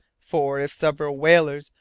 for, if several whalers,